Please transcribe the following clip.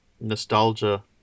nostalgia